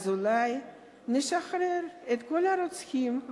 אולי נשחרר את כל הרוצחים,